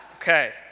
okay